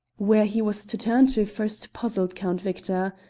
where he was to turn to first puzzled count victor.